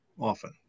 often